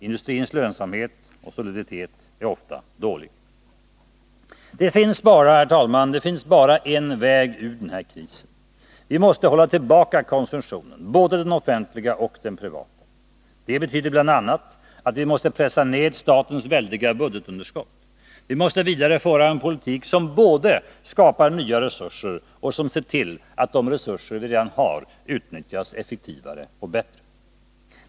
Industrins lönsamhet och soliditet är ofta dålig. Herr talman! Det finns bara en väg ur den här krisen. Vi måste hålla tillbaka konsumtionen, både den offentliga och den privata. Det betyder bl.a. att vi måste pressa ned statens väldiga budgetunderskott. Vi måste vidare föra en politik som både skapar nya resurser och ser till att de resurser vi redan har utnyttjas effektivare och bättre.